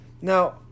Now